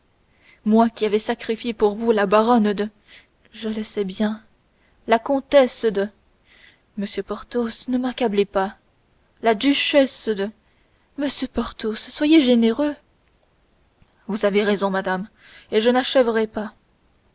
moi qui avais sacrifié pour vous la comtesse de penaflor je le sais bien la baronne de monsieur porthos ne m'accablez pas la duchesse de monsieur porthos soyez généreux vous avez raison madame et je n'achèverai pas